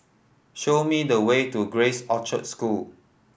show me the way to Grace Orchard School